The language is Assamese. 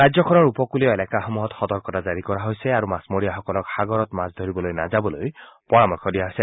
ৰাজ্যখনৰ উপকূলীয় এলেকাসমূহত সতৰ্কতা জাৰি কৰা হৈছে আৰু মাছমৰীয়াসকলক সাগৰত মাছ ধৰিবলৈ নাযাবলৈ পৰামৰ্শ দিয়া হৈছে